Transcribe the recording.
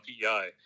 PEI